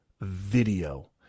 video